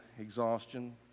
exhaustion